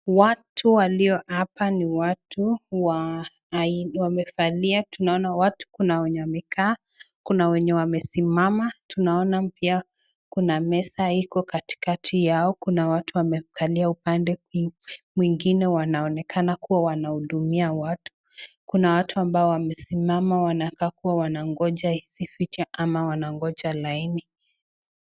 Watu walio hapa ni watu wamevalia. Tunaona watu, kuna wenye wamekaa, kuna wenye wamesimama, tunaona pia kuna meza iko katikati yao. Kuna watu wamekalia upande mwingine wanaonekana kuwa wanahudumia watu. Kuna watu ambao wamesimama wanakaa kuwa wanangoja hizi viti ama wanangoja laini.